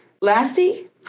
lassie